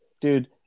Dude